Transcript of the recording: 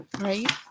Right